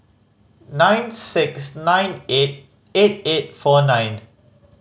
nine six nine eight eight eight four nine